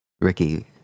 Ricky